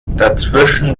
dazwischen